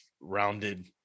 rounded